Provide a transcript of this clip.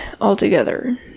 altogether